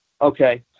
Okay